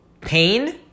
pain